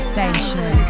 Station